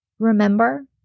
Remember